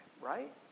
right